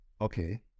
Okay